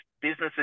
businesses